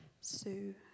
Sue